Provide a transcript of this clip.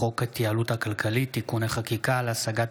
בחוק ההתייעלות הכלכלית (תיקוני חקיקה להשגת